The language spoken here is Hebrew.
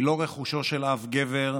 היא לא רכושו של אף גבר,